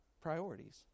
priorities